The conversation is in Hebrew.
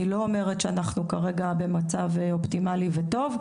אני לא אומרת שאנחנו כרגע במצב אופטימלי וטוב,